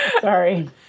Sorry